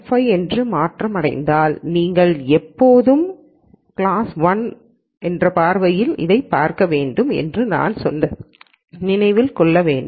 5 என்று மாற்றம் அடைந்தால் நீங்கள் எப்போதும் 1 கிளாசின் பார்வையில் இருந்து அதைப் பார்க்க வேண்டும் என்று நான் சொன்னதை நினைவில் கொள்ள வேண்டும்